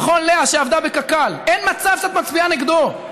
נכון, לאה, שעבדה בקק"ל, אין מצב שאת מצביעה נגדו.